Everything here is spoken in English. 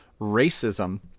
racism